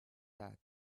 that